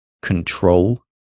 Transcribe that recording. control